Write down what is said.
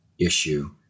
issue